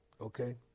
okay